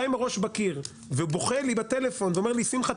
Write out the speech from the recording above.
עם הראש בקיר ובוכה לי בטלפון ואומר לי: שמחה,